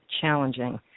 challenging